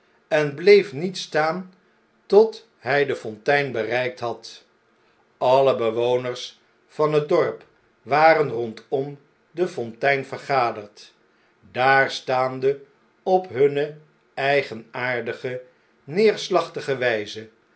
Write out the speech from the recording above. en bleef niet staan tot hjj de fontein bereikt had alle bewoners van het dorp waren rondom de fontein vergaderd daar staande op hunne eigenaardige neerslachtige wjjze